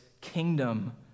kingdom